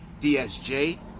DSJ